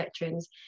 veterans